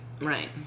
Right